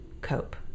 cope